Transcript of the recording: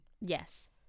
Yes